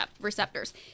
receptors